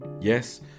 Yes